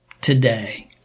today